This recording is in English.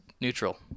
neutral